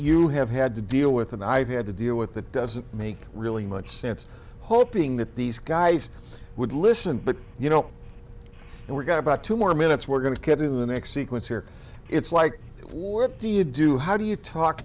you have had to deal with and i've had to deal with that doesn't make really much sense hoping that these guys would listen but you know and we've got about two more minutes we're going to do the next sequence here it's like what do you do how do you talk